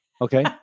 Okay